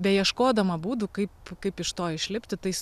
beieškodama būdų kaip kaip iš to išlipti tais